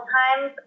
times